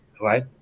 right